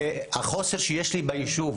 החוסר שיש לי ביישוב,